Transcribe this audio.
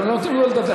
אתם לא נותנים לדבר.